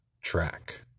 track